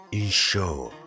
ensure